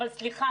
אבל סליחה,